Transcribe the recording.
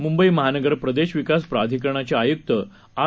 मुंबई महानगर प्रदेश विकास प्राधिकरणाचे आयुक्त आर